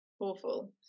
awful